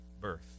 birth